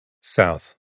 South